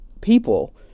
people